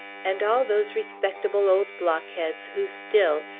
and all those respectable old blockheads who still,